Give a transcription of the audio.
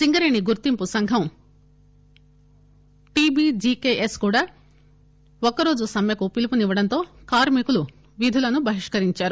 సింగరేణి గుర్తింపు సంఘం టిబిజికెఎస్ కూడా ఒక్కరోజు సమ్మెకు పిలుపు నివ్వడంతో కార్మి కులు విధులు బహిష్కరించారు